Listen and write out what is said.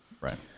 Right